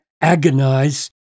agonize